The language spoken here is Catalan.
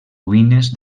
ruïnes